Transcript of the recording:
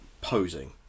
posing